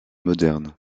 moderne